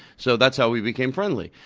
so that's how we became friendly.